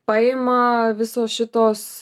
paima visos šitos